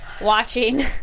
watching